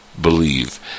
believe